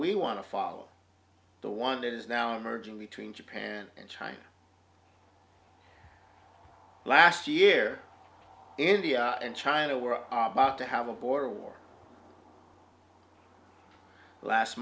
we want to follow the one that is now emerging between japan and china last year india and china were to have a border war last